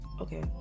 okay